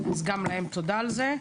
אז גם להם תודה על כך.